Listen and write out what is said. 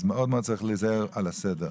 אז מאוד מאוד צריך להיזהר על הסדר.